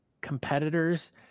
competitors